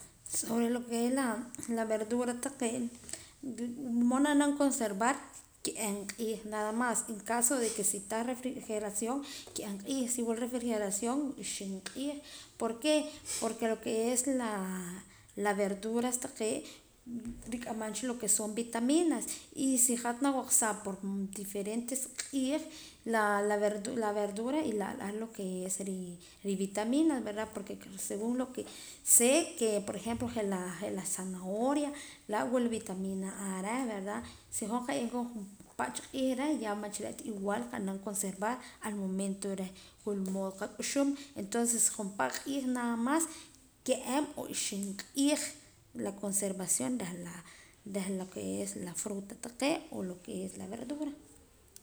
Sobre lo que es la la verdura taqee' wula mood nab'anam conservar ka'ab' q'iij nada mas en caso de que si tah refrigeración ka'ab' q'iij si wila refrigeración ixib' q'iij ¿por qué? Porque lo que es la la verduras taqee' riq'aman cha lo que es vitaminas y si hat nawaqsam por diferentes q'iij la la verdula i'la la lo que es ri rivitamina veda porque según lo que sé por ejemplo je' la zanahoria laa' wila vitamina a reh verda si hoj qaye'eem koon pa'cha q'iij reh ya man cha re' ta igual qa naam conservar al momento reh wula mood qak'uxuum entonce jun pa' q'iij nada más ka'ab' o ixib' q'iij la conservación reh la reh la lo que es la fruta taqee' o lo que es la verdura.